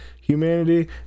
humanity